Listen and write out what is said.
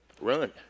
run